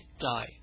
die